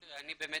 אני באמת